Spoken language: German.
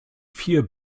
vier